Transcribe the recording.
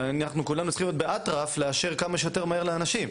ואנחנו כולנו צריכים להיות באטרף כדי לאשר כמה שיותר לאנשים.